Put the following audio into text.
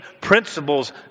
principles